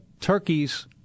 turkeys